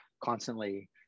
constantly